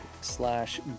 slash